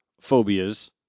phobias